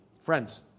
Friends